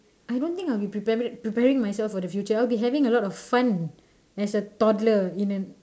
I don't think I'll be preparing preparing myself for the future I'll be having a lot of fun as a toddler in an